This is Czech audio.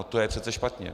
No to je přece špatně!